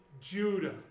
Judah